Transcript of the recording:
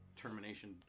termination